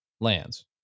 lands